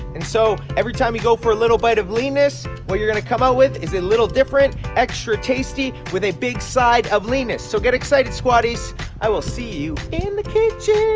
and so every time you go for a little bite of leanness well, you're gonna come out with is a little different extra tasty with a big side of leanness. so get excited squaddies i will see you in the kitchen